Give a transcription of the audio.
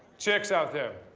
chicks out there,